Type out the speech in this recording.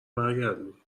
برگردونی